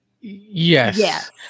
Yes